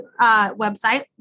website